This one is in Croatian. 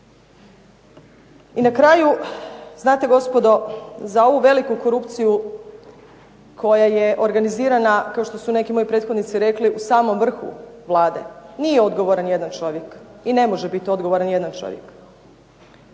I na kraju znate gospodo za ovu veliku korupciju koja je organizirana kao što su neki moji prethodnici rekli u samom vrhu Vlade nije odgovoran jedan čovjek i ne može biti odgovoran jedan čovjek.